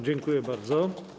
Dziękuję bardzo.